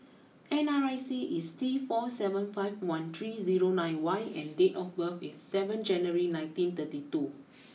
N R I C is T four seven five one three zero nine Y and date of birth is seven January nineteen thirty two